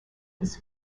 his